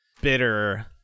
bitter